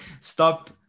stop